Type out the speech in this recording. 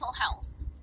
health